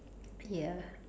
ya